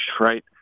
right